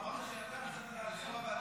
לא, אמרת שאתה נתת גיבוי.